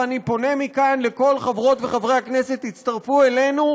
ואני פונה מכאן אל כל חברות וחברי הכנסת: הצטרפו אלינו,